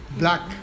black